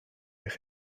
eich